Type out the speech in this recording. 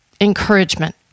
encouragement